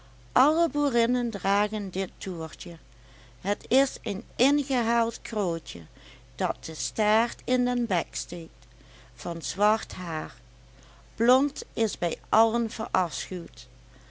alle boerinnen dragen dit toertje het is een ingehaald krulletje dat de staart in den bek steekt van zwart haar blond is bij allen verafschuwd